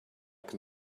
can